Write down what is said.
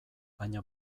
baina